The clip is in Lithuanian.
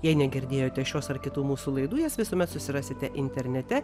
jei negirdėjote šios ar kitų mūsų laidų jas visuomet susirasite internete